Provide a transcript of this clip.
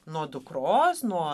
nuo dukros nuo